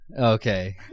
Okay